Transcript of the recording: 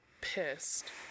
pissed